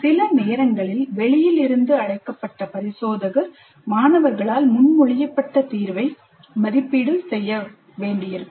சில நேரங்களில் வெளியில் இருந்து அழைக்கப்பட்ட பரிசோதகர் மாணவர்களால் முன்மொழியப்பட்ட தீர்வை மதிப்பீடு செய்ய வேண்டியிருக்கும்